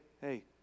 hey